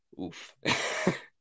oof